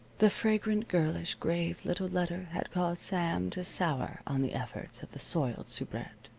the fragrant, girlish, grave little letter had caused sam to sour on the efforts of the soiled soubrette.